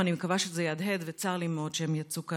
אני מקווה שזה יהדהד, וצר לי מאוד שהם יצאו מכאן